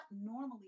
normally